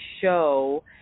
show